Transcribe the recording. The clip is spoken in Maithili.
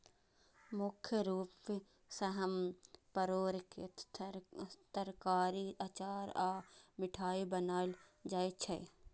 मुख्य रूप सं परोर के तरकारी, अचार आ मिठाइ बनायल जाइ छै